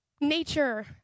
nature